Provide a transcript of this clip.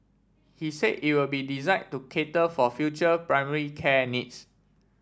he said it will be designed to cater for future primary care needs